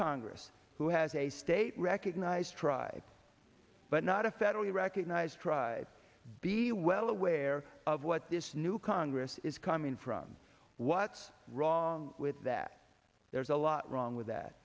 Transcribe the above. congress who has a state recognized tribe but not a federally recognized tribes be well aware of what this new congress is coming from what's wrong with that there's a lot wrong with that